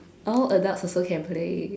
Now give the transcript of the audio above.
oh adults also can play